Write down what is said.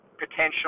Potential